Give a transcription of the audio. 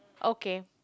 okay